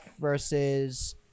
versus